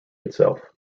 itself